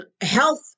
health